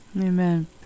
amen